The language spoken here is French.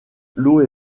l’eau